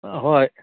ꯑꯥ ꯍꯣꯏ